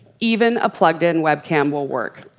even a plugged in web cam will work.